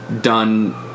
done